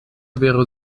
wäre